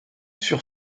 sur